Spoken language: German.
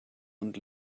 und